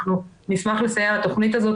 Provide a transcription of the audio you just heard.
אנחנו נשמח לסייע לתוכנית הזאת.